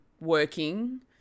working